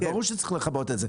אז ברור שצריך לכבות את זה.